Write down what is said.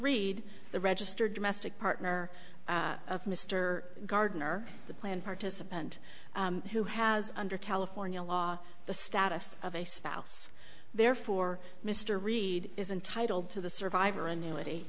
reed the registered domestic partner of mr gardner the plan participant who has under california law the status of a spouse therefore mr reed is entitled to the survivor annuity